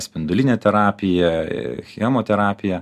spindulinė terapija chemoterapija